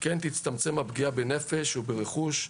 כן תצטמצם הפגיעה בנפש וברכוש,